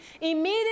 immediately